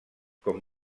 com